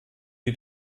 die